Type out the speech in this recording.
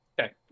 Okay